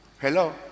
Hello